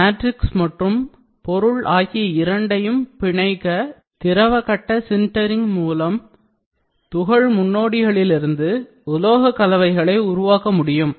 matrix மற்றும் பொருள் ஆகிய இரண்டையும் பிணைக்க திரவ கட்ட சின்டரிங் மூலம் தூள் முன்னோடிகளிலிருந்து உலோக கலவைகளை உருவாக்க முடியும்